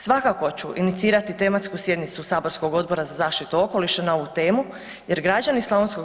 Svakako ću inicirati tematsku sjednicu saborskog Odbora za zaštitu okoliša na ovu temu jer građani Sl.